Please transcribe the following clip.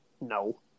no